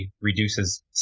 reduces